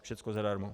Všechno zadarmo.